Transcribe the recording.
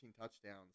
touchdowns